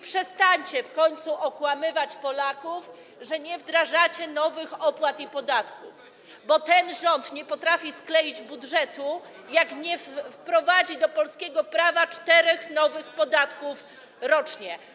Przestańcie w końcu okłamywać Polaków, że nie wdrażacie nowych opłat i podatków, bo ten rząd nie potrafi skleić budżetu, jak nie wprowadzi do polskiego prawa czterech nowych podatków rocznie.